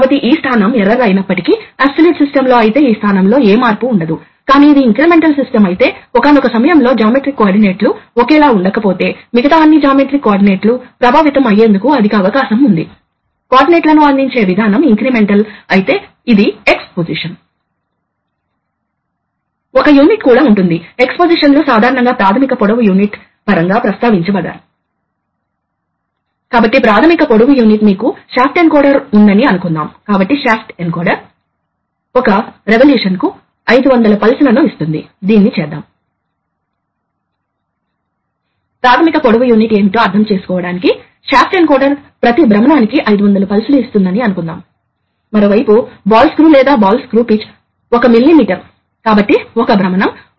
కాబట్టి సాధారణంగా రిలే లను ఉపయోగించవచ్చు లేదా పవర్ యాంప్లిఫైయర్లను ఉపయోగించవచ్చు కాబట్టి చివరకు కరెంట్ నడపబడుతుంది కరెంట్ అట్రాక్షన్ ప్రిన్సిపల్ ఉపయోగించి నడిపిన తర్వాత ఇది I2P కన్వర్టర్ మరియు దీనిని తరచుగా ఫ్లాపర్ నాజిల్ సిస్టమ్ అని పిలుస్తారు కాబట్టి ఈ కరెంట్ ప్రవహిస్తే ఇది కదలడం ప్రారంభమవుతుంది ఇది ఫ్లాపర్ ఇది కరెంట్ను బట్టి కదలడం ప్రారంభిస్తుంది మరియు అది కదలడం ప్రారంభిస్తే వాస్తవానికి ఈ గ్యాప్ చాలా అతిశయోక్తిగా చూపబడుతుంది వాస్తవానికి ఈ గ్యాప్ చాలా చిన్నదిగా ఉంటుంది